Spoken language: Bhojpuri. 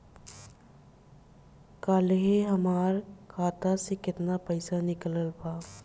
काल्हे हमार खाता से केतना पैसा निकलल बा?